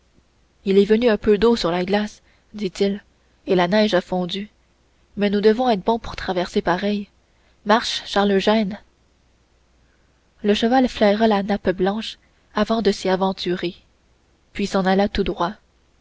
il est venu un peu d'eau sur la glace dit-il et la neige a fondu mais nous devons être bons pour traverser pareil marche charles eugène le cheval flaira la nappe blanche avant de s'y aventurer puis s'en alla tout droit